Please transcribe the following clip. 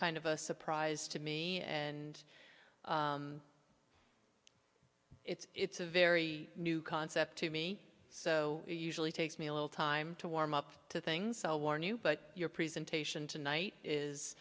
kind of a surprise to me and it's a very new concept to me so usually takes me a little time to warm up to things i'll warn you but your presentation tonight is